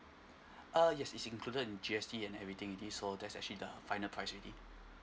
uh yes it's included G_S_T and everything it is so there's actually the final already